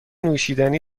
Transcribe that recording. نوشیدنی